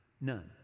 None